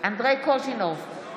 אנדרי קוז'ינוב,